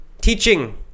Teaching